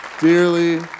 dearly